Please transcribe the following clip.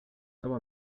cała